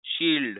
Shield